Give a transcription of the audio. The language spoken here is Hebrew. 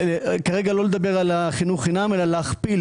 כרגע לא לדבר על חינוך חינם אלא להכפיל